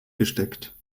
gesteckt